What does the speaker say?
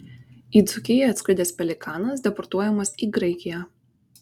į dzūkiją atskridęs pelikanas deportuojamas į graikiją